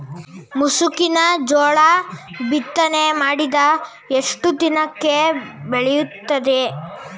ಮುಸುಕಿನ ಜೋಳ ಬಿತ್ತನೆ ಮಾಡಿದ ಎಷ್ಟು ದಿನಕ್ಕೆ ಬೆಳೆಯುತ್ತದೆ?